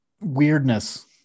weirdness